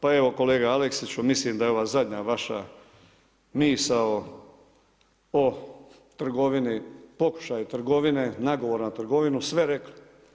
Pa evo kolega Aleksiću mislim da je ova zadnja vaša misao o trgovini, pokušaju trgovine, nagovor na trgovinu sve reklo.